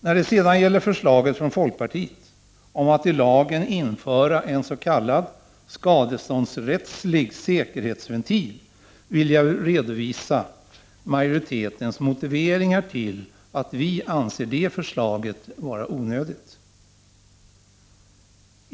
När det sedan gäller förslaget från folkpartiet om att i lagen införa en s.k. skadeståndsrättslig säkerhetsventil vill jag redovisa majoritetens motiveringar till att vi anser det förslaget vara onödigt.